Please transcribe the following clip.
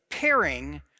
pairing